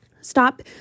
Stop